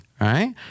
right